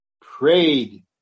Prayed